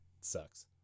sucks